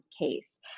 case